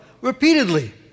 repeatedly